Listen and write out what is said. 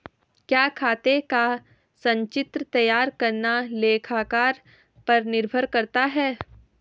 क्या खाते का संचित्र तैयार करना लेखाकार पर निर्भर करता है?